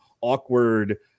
awkward